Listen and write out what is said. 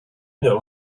know